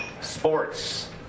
sports